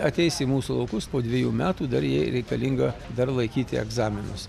ateisi į mūsų laukus po dvejų metų dar jai reikalinga dar laikyti egzaminus